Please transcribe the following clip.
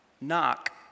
Knock